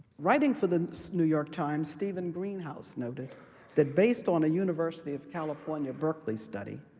writing for the new york times, steven greenhouse noted that based on a university of california berkeley study,